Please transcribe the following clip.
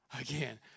again